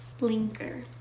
Blinker